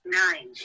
nine